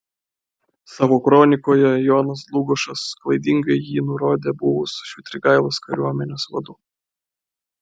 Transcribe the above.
savo kronikoje jonas dlugošas klaidingai jį nurodė buvus švitrigailos kariuomenės vadu